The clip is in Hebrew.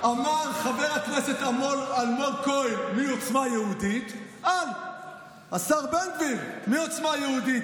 אמר חבר הכנסת אלמוג כהן מעוצמה יהודית על השר בן גביר מעוצמה יהודית,